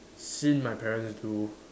seen my parents do